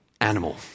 animal